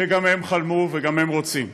גם הם חלמו וגם הם רוצים.